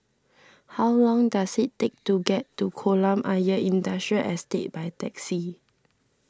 how long does it take to get to Kolam Ayer Industrial Estate by taxi